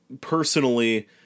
personally